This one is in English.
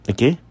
Okay